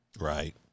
Right